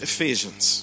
Ephesians